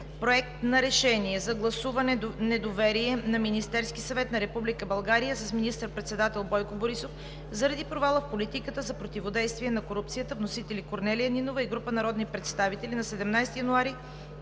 Проект на Решение за гласуване недоверие на Министерския съвет на Република България с министър-председател Бойко Борисов заради провала в политиката за противодействие на корупцията. Вносители са Корнелия Нинова и група народни представители на 17 януари